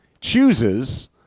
chooses